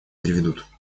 приведут